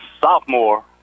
sophomore